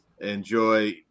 enjoy